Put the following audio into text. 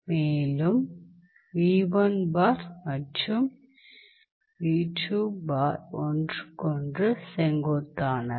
மேலும் மற்றும் ஒன்றுக்கொன்று செங்குத்தானவை